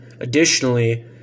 additionally